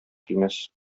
килмәс